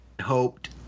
hoped